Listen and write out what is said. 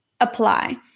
apply